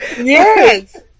Yes